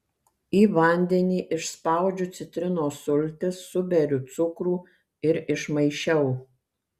į vandenį išspaudžiu citrinos sultis suberiu cukrų ir išmaišiau